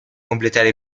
completare